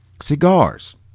Cigars